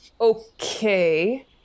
Okay